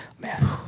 Man